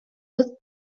was